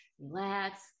relax